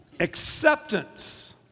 Acceptance